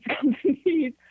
companies